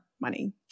money